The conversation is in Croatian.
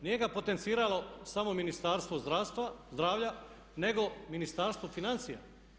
Nije ga potenciralo samo Ministarstvo zdravlja nego Ministarstvo financija.